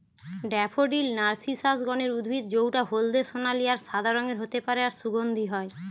daffodil narcissus গণের উদ্ভিদ জউটা হলদে সোনালী আর সাদা রঙের হতে পারে আর সুগন্ধি হয়